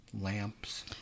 Lamps